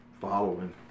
following